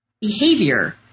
behavior